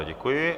Děkuji.